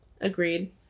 Agreed